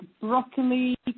broccoli